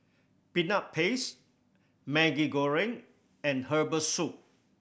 Peanut Paste Maggi Goreng and herbal soup